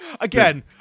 Again